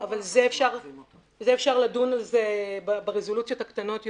זה אפשר לדון על זה ברזולוציות הקטנות יותר.